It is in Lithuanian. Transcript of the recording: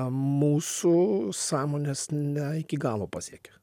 mūsų sąmonės ne iki galo pasiekė